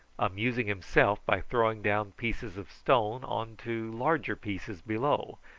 amusing himself by throwing down pieces of stone on to larger pieces below,